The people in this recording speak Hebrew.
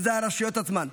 וזה הרשויות עצמן.